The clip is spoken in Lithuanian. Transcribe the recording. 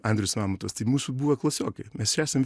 andrius mamontovas tai mūsų buvę klasiokai mes esam